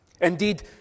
Indeed